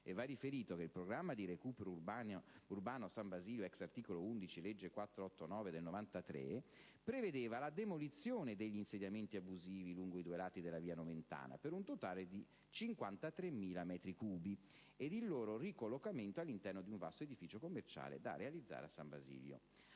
e va riferito che il programma di recupero urbano San Basilio, *ex* articolo 11 della legge n. 489 del 1993, prevedeva la demolizione degli insediamenti abusivi lungo i due lati della via Nomentana - per un totale di 53.000 metri cubi - ed il loro ricollocamento all'interno di un vasto edificio commerciale da realizzare a San Basilio.